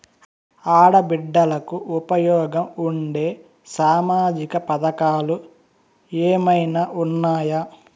ఆడ బిడ్డలకు ఉపయోగం ఉండే సామాజిక పథకాలు ఏమైనా ఉన్నాయా?